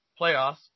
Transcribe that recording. playoffs